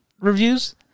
reviews